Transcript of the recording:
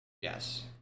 Yes